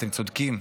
אתם צודקים,